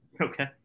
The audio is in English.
Okay